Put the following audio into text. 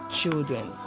children